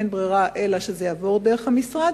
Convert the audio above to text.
אין ברירה אלא שזה יעבור דרך המשרד.